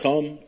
Come